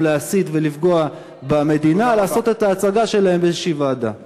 להסית ולפגוע במדינה לעשות את ההצגה שלהם בוועדה כלשהי.